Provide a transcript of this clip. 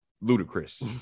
ludicrous